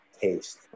taste